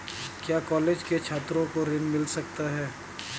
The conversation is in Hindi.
क्या कॉलेज के छात्रो को ऋण मिल सकता है?